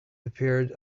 appeared